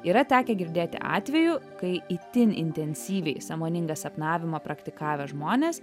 yra tekę girdėti atvejų kai itin intensyviai sąmoningą sapnavimą praktikavę žmonės